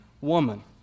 woman